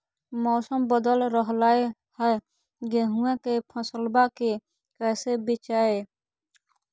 मौसम बदल रहलै है गेहूँआ के फसलबा के कैसे बचैये?